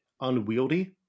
unwieldy